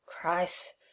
Christ